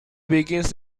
begins